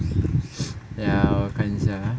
ya 我看一下